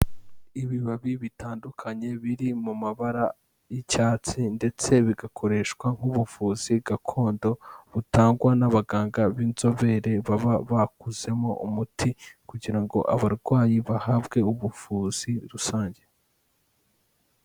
Ibibabi bitandukanye biri mu mabara y'icyatsi ndetse bigakoreshwa nk'ubuvuzi gakondo, butangwa n'abaganga b'inzobere baba bakozemo umuti kugira ngo abarwayi bahabwe ubuvuzi rusange.